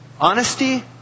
Honesty